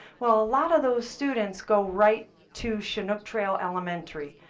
well, a lot of those students go right to chinook trail elementary.